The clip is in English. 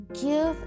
Give